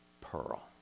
pearl